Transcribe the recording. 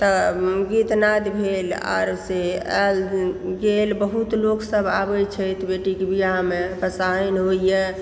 तऽ गीतनाद भेल आर से आयल गेल बहुत लोकसब आबै छथि बेटीकेँ बिआहमे समदाउन होया